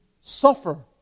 suffer